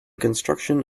contruction